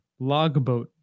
Logboat